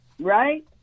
right